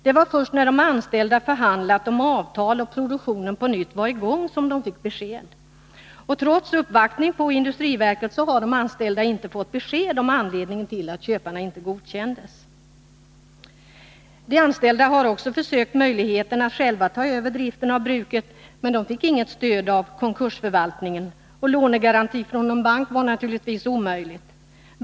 Det var först när de anställda förhandlat om — att förhindra nedavtal och produktionen på nytt var i gång som de fick besked. Trots läggning av glasuppvaktning på industriverket har de anställda inte fått veta anledningen till pryk att köparna inte godkändes. De anställda har också undersökt möjligheten att själva ta över driften av bruket, men fick inget stöd av konkursförvaltningen. En lånegaranti från någon bank var det naturligtvis omöjligt att erhålla.